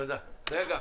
תודה רבה.